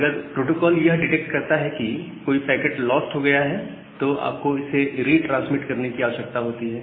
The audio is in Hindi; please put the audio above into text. अगर प्रोटोकॉल यह डिटेक्ट करता है कि कोई पैकेट लॉस हो गया है तो आपको इसे रिट्रांसमिट करने की आवश्यकता होती है